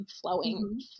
flowing